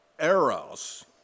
eros